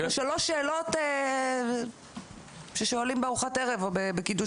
אלו שאלות ששואלים בארוחת ערב או בקידוש